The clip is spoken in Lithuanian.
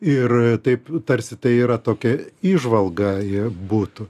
ir taip tarsi tai yra tokia įžvalga ji būtų